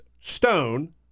Stone